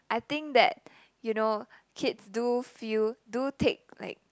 I think that you know kids do feel do take like